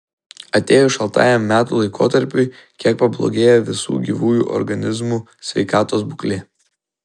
atėjus šaltajam metų laikotarpiui kiek pablogėja visų gyvųjų organizmų sveikatos būklė